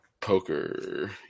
poker